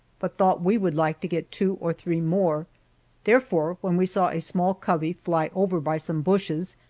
but thought we would like to get two or three more therefore, when we saw a small covey fly over by some bushes,